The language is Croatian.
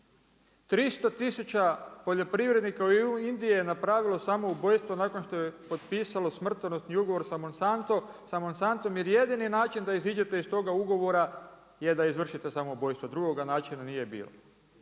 300 tisuća poljoprivrednika u Indiji je napravilo samoubojstvo nakon što je potpisalo smrtonosni ugovor sa Monantom jer jedini način da iziđete iz toga ugovora je da izvršite samoubojstvo, drugoga načina nije bilo.